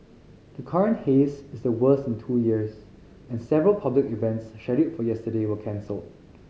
the current haze is the worst in two years and several public events scheduled for yesterday were cancelled